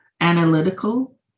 analytical